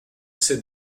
sais